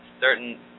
certain